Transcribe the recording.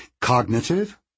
cognitive